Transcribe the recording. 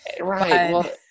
Right